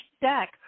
deck